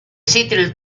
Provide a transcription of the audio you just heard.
seattle